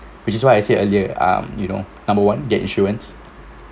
which is why I said earlier um you know number one get insurance